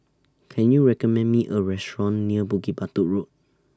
Can YOU recommend Me A Restaurant near Bukit Batok Road